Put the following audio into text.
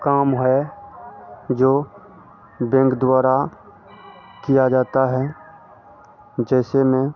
काम है जो बेंक द्वारा किया जाता है जैसे मैं